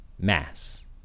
mass